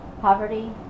poverty